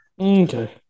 Okay